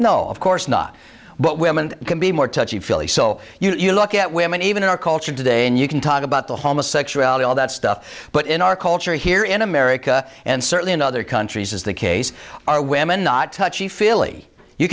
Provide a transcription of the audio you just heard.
no of course not but women can be more touchy feely so you look at women even in our culture today and you can talk about the homosexuality all that stuff but in our culture here in america and certainly in other countries is the case are women not touchy feely you